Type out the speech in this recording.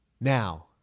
Now